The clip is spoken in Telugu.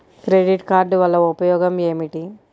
క్రెడిట్ కార్డ్ వల్ల ఉపయోగం ఏమిటీ?